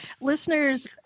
listeners